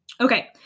Okay